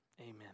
amen